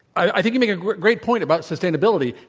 i think you make a great great point about sustainability.